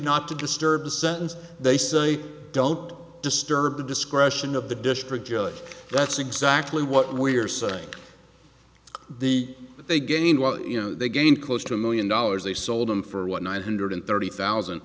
not to disturb the sentence they say don't disturb the discretion of the district judge that's exactly what we're saying the they gain well you know they gain close to a million dollars they sold him for what nine hundred thirty thousand